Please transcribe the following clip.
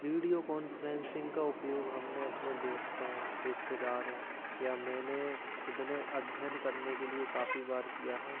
video conferencing का प्रयोग हमने अपने दोस्तों में रिश्तेदारों या मैंने खुद ने अध्ययन करने के लिए काफ़ी बार किया है